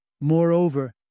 Moreover